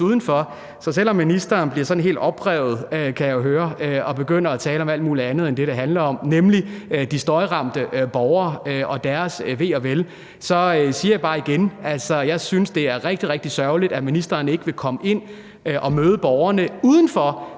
udenfor. Så selv om ministeren bliver sådan helt oprevet, kan jeg jo høre, og begynder at tale om alt muligt andet end det, det handler om, nemlig de støjramte borgere og deres ve og vel, så siger jeg bare igen: Jeg synes, det er rigtig, rigtig sørgeligt, at ministeren ikke vil komme ind og møde borgerne udenfor,